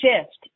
shift